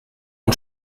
und